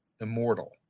immortal